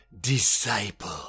Disciple